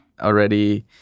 already